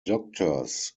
doctors